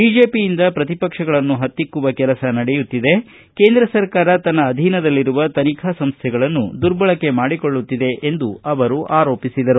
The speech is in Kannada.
ಬಿಜೆಪಿಯಿಂದ ಪ್ರತಿಪಕ್ಷಗಳನ್ನ ಪತ್ತಿಕ್ಕುವ ಕೆಲಸ ನಡೆಯುತ್ತಿದೆ ಕೇಂದ್ರ ಸರ್ಕಾರ ತನ್ನ ಅಧೀನದಲ್ಲಿರುವ ತನಿಖಾ ಸಂಸ್ವೆಗಳನ್ನು ದುರ್ಬಳಕೆ ಮಾಡಿಕೊಳ್ಳುತ್ತಿದೆ ಎಂದು ಅವರು ಆರೋಪಿಸಿದರು